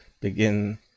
begin